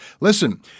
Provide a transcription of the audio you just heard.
Listen